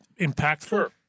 impactful